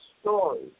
story